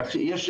כך שיש,